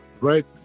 Right